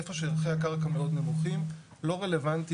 איפה שערכי הקרקע מאוד נמוכים לא רלוונטי